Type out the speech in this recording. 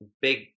big